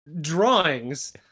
drawings